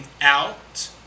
out